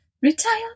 retire